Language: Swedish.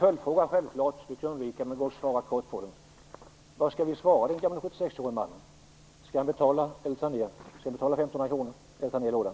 Följdfrågor skall man självklart försöka undvika, men den här går det att svara kort på: Vad skall vi svara den 76-årige mannen? Skall han betala 1 500 kr eller skall han ta ned lådan?